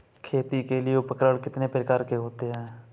खेती के लिए उपकरण कितने प्रकार के होते हैं?